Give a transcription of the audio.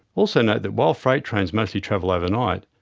also, note that while freight trains mostly travel overnight,